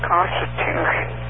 Constitution